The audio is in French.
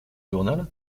journal